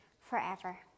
forever